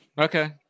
Okay